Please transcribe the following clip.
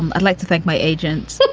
i'd like to thank my agent.